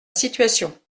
situation